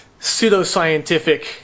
pseudoscientific